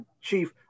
Chief